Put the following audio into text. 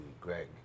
Greg